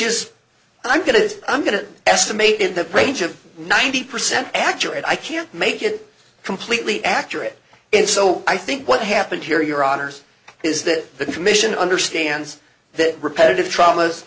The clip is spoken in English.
is i'm going to i'm going to estimate in the range of ninety percent accurate i can't make it completely accurate and so i think what happened here your honour's is that the commission understands that repetitive traumas